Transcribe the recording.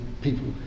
people